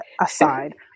aside